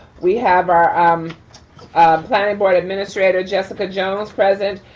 we have our um planning board administrator, jessica jones present.